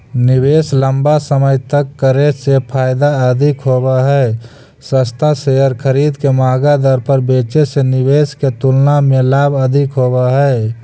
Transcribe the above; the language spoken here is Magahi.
निवेश लंबा समय तक करे से फायदा अधिक होव हई, सस्ता शेयर खरीद के महंगा दर पर बेचे से निवेश के तुलना में लाभ अधिक होव हई